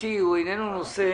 המשפטי הוא איננו נושא